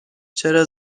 چرا